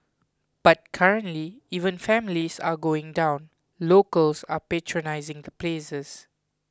but currently even families are going down locals are patronising the places